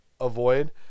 avoid